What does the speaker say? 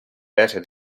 better